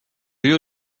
you